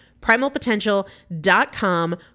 Primalpotential.com